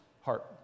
heart